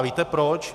Víte proč?